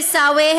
עיסאווי,